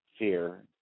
Fear